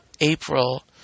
April